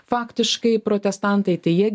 faktiškai protestantai tai jie